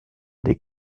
des